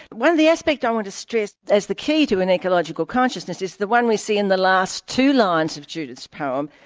one of the aspects i want to stress as the key to an ecological consciousness is the one we see in the last two lines of judith's poem,